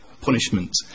punishment